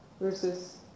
versus